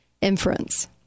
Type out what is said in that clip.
inference